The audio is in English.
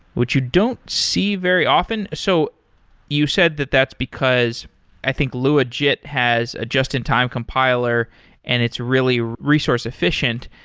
which you don't see very often. so you said that that's because i think luajit has a just in time compiler and it's really resource efficient.